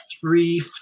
three